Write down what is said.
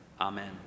Amen